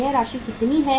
यह राशि कितनी है